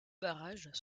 barrages